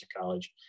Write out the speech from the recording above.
College